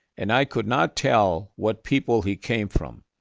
and i could not tell what people he came from,